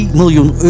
miljoen